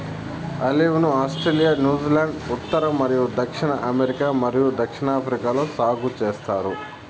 olive ను Australia, New Zealand, ఉత్తర మరియు దక్షిణ అమెరికా మరియు దక్షిణాఫ్రికాలో సాగు చేస్తారు